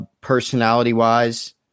Personality-wise